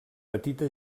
petita